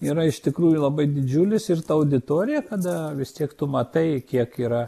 yra iš tikrųjų labai didžiulis ir ta auditorija kada vis tiek tu matai kiek yra